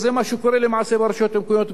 וזה מה שקורה למעשה ברשויות המקומיות,